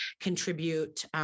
contribute